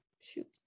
Shoot